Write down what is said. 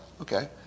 okay